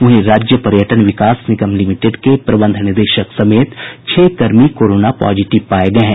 वहीं बिहार राज्य पर्यटन विकास निगम लिमिटेड के प्रबंध निदेशक समेत छह कर्मी कोरोना पॉजिटिव पाये गये हैं